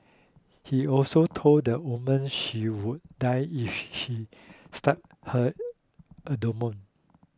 he also told the woman she would die if she stabbed her abdomen